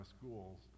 schools